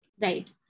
Right